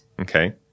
Okay